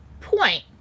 point